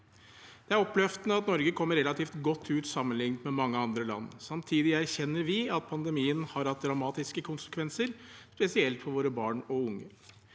Det er oppløftende at Norge kommer relativt godt ut sammenlignet med mange andre land. Samtidig erkjenner vi at pandemien har hatt dramatiske konsekvenser, spesielt for våre barn og unge.